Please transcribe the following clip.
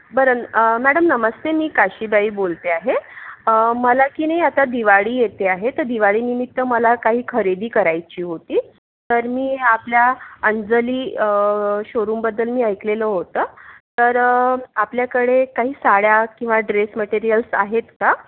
बरं मॅडम नमस्ते मी काशीबाई बोलते आहे मला की नाही आता दिवाळी येते आहे तर दिवाळीनिमित्त मला काही खरेदी करायची होती तर मी आपल्या अंजली शोरूमबद्दल मी ऐकलेलं होतं तर आपल्याकडे काही साड्या किंवा ड्रेस मटेरियल्स आहेत का